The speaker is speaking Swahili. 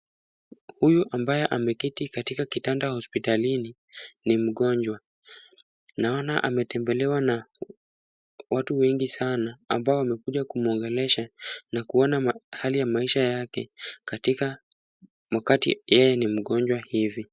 Huyu ambaye ameketi katika kitanda hospitalini ni mgonjwa. Naona ametembelewa na watu wengi sana ambao wamekuja kumwongelesha na kuona hali ya maisha yake katika wakati yeye ni mgonjwa hivi.